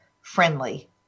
friendly